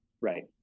Right